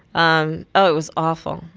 um oh, it was awful.